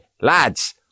lads